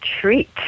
treat